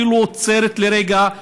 אפילו עוצרת לרגע,